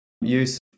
use